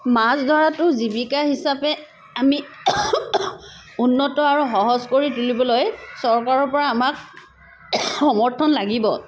মাছ ধৰাটো জীৱিকা হিচাপে আমি উন্নত আৰু সহজ কৰি তুলিবলৈ চৰকাৰৰ পৰা আমাক সমৰ্থন লাগিব